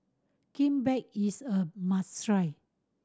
kimbap is a must try